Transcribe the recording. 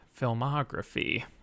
filmography